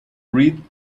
read